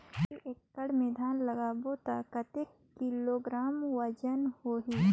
ढाई एकड़ मे धान लगाबो त कतेक किलोग्राम वजन होही?